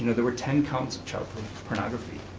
know there were ten counts of child pornography.